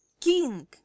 king